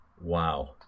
wow